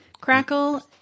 crackle